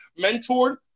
mentored